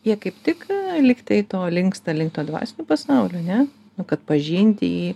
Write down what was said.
jie kaip tik lyg tai to linksta link to dvasinio pasaulio ane nu kad pažinti jį